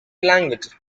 language